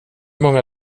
många